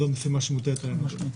זו המשימה שמוטלת עלינו.